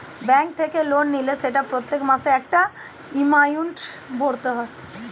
bank থেকে loan নিলে সেটা প্রত্যেক মাসে একটা এমাউন্ট ভরতে হয়